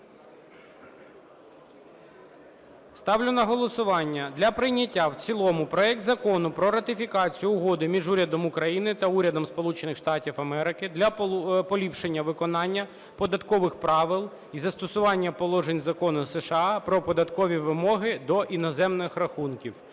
ставлю на голосування для прийняття в цілому проект Закону про ратифікацію Угоди між Урядом України та Урядом Сполучених Штатів Америки для поліпшення виконання податкових правил і застосування положень Закону США "Про податкові вимоги до іноземних рахунків"